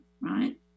right